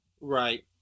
Right